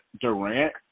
Durant